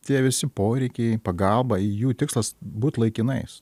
tie visi poreikiai pagalba jų tikslas būt laikinais